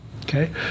Okay